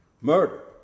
murder